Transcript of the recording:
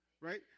right